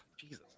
Jesus